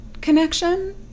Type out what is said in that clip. connection